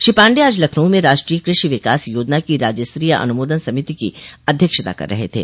श्री पाण्डेय आज लखनऊ में राष्ट्रीय कृषि विकास याजना की राज्य स्तरीय अनुमोदन समिति की अध्यक्षता कर रहे थे